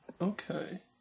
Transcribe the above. Okay